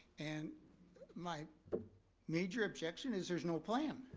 and my major objections is there's no plan.